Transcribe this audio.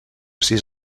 sis